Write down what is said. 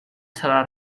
serà